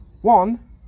One